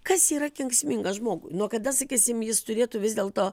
kas yra kenksminga žmogui nuo kada sakysim jis turėtų vis dėl to